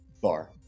bar